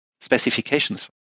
specifications